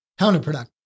counterproductive